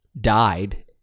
died